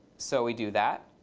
so we do that.